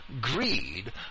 greed